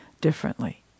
differently